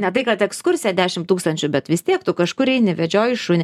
ne tai kad ekskursija dešim tūkstančių bet vis tiek tu kažkur eini vedžioji šunį